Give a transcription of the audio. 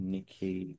Nikki